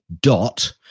dot